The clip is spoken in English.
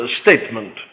statement